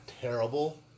terrible